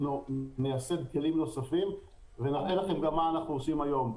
אנחנו ניישם כלים נוספים ונראה לכם גם מה אנחנו עושים היום.